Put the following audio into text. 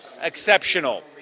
exceptional